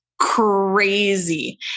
crazy